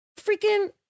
Freaking